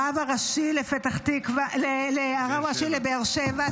הרב הראשי לבאר שבע.